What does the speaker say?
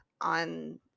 on